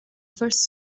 first